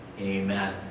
Amen